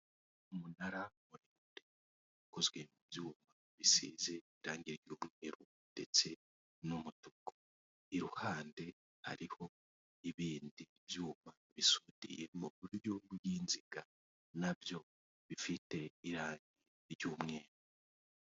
Umunara ukozwe mu byuma bisize irangi ry'umweru, ndetse n'umutuku iruhande hariho ibindi byuma bisudiye mu buryo bw'inziga nabyo bifite irangi ry'umweru.